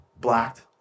blacked